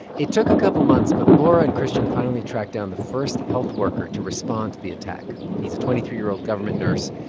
it took a couple of months, but laura and christian finally tracked down the first health worker to respond to the attack. he's a twenty three year old government nurse.